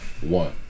One